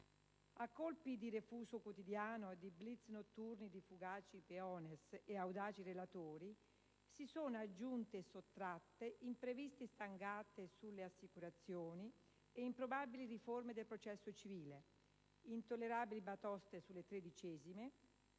A colpi di "refuso" quotidiano e di *blitz* notturni di fugaci *peones* e audaci relatori si sono aggiunte e sottratte impreviste stangate sulle assicurazioni e improbabili riforme del processo civile, intollerabili batoste sulle tredicesime